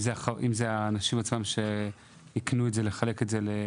אם אלה אנשים שיקנו את זה כדי לחלק את זה לעובדים,